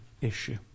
issue